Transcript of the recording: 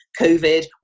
COVID